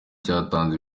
cyatanze